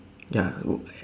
ya